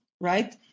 right